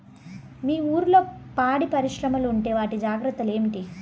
మీ ఊర్లలో పాడి పరిశ్రమలు ఉంటే వాటి జాగ్రత్తలు ఏమిటి